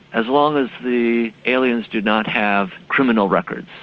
as long as the aliens do not have criminal records.